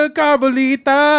carbolita